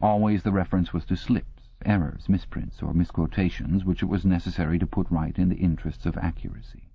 always the reference was to slips, errors, misprints, or misquotations which it was necessary to put right in the interests of accuracy.